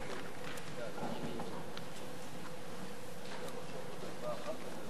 סעיפים 4 9, כהצעת הוועדה, נתקבלו.